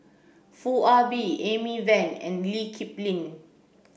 Foo Ah Bee Amy Van and Lee Kip Lin